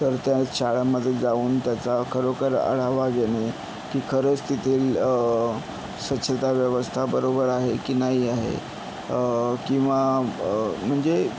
तर त्या शाळांमध्ये जाऊन त्याचा खरोखर आढावा घेणे की खरंच तेथील स्वच्छता व्यवस्था बरोबर आहे की नाही आहे किंवा म्हणजे